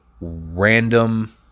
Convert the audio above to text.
random